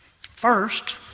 First